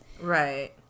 Right